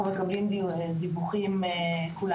תראו, בשבועות האחרונים ככל